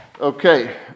Okay